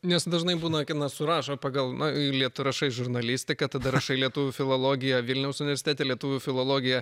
nes dažnai būna kad surašo pagal na eilę tu rašai žurnalistika tada rašai lietuvių filologija vilniaus universitete lietuvių filologija